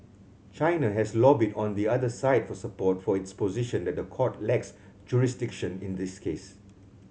China has lobbied on the other side for support for its position that the court lacks jurisdiction in this case